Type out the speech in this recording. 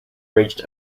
reached